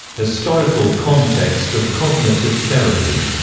historical context of cognitive therapy,